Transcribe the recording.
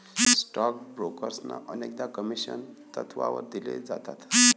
stock ब्रोकर्सना अनेकदा commission तत्त्वावर पैसे दिले जातात